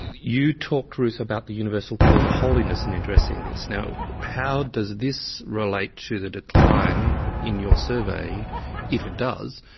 you talked ruth about the universal call to holiness in addressing this. now how does this relate to the decline in your survey if it does,